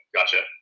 Gotcha